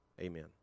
amen